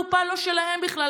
הקופה לא שלהם בכלל,